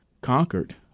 conquered